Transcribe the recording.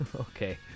Okay